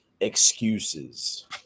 excuses